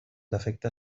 defecte